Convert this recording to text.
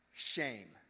Shame